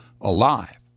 alive